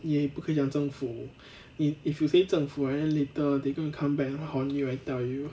也不可以讲政府 if if you say 政府 right later they going come back and haunt you I tell you